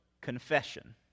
confession